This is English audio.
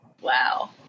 wow